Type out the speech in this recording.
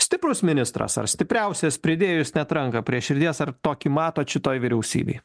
stiprus ministras ar stipriausias pridėjus net ranką prie širdies ar tokį matot šitoj vyriausybėj